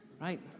right